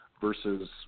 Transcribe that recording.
versus